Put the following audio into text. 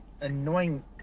annoying